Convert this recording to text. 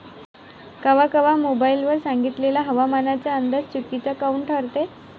कवा कवा मोबाईल वर सांगितलेला हवामानाचा अंदाज चुकीचा काऊन ठरते?